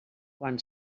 quan